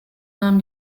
nahm